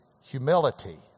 humility